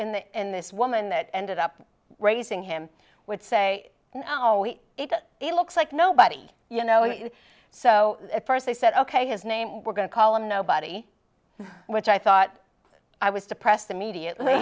in this woman that ended up raising him would say now we it looks like nobody you know so at first they said ok his name we're going to call him nobody which i thought i was depressed immediately